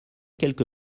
quelque